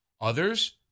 Others